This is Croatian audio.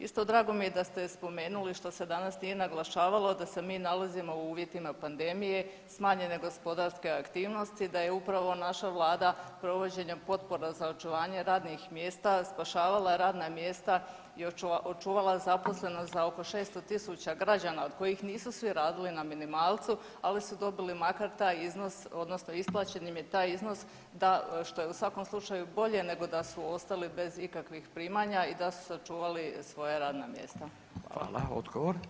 Isto drago mi je da ste spomenuli što se danas nije naglašavalo, da se mi nalazimo u uvjetima pandemije, smanjene gospodarske aktivnosti, da je upravo naša Vlada provođenjem potpora za očuvanje radnih mjesta, spašavala radna mjesta i očuvala zaposlenost za oko 600.000 građana od kojih nisu svi radili na minimalcu, ali su dobili makar taj iznos odnosno isplaćen im je taj iznos, što je u svakom slučaju bolje nego da su ostali bez ikakvih primanja i da su sačuvali svoja radna mjesta.